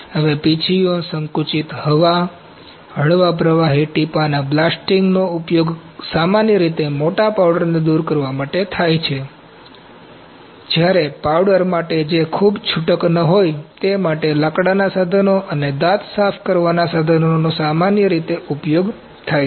હવે પીંછીઓ સંકુચિત હવા હળવા પ્રવાહી ટીપાંના બ્લાસ્ટિંગનો ઉપયોગ સામાન્ય રીતે મોટા પાવડરને દૂર કરવા માટે થાય છે જ્યારે પાવડર માટે જે ખૂબ છૂટક ન હોય તે માટે લાકડાનાં સાધનો અને દાંત સાફ કરવાના સાધનનો સામાન્ય રીતે ઉપયોગ થાય છે